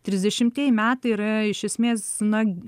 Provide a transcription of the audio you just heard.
trisdešimtieji metai yra iš esmės na